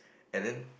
and then